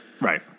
Right